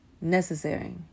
necessary